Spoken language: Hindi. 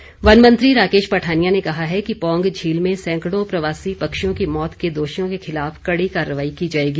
पठानिया वन मंत्री राकेश पठानिया ने कहा है कि पौंग झील में सैंकड़ों प्रवासी पक्षियों की मौत के दोषियों के खिलाफ कड़ी कार्रवाई की जाएगी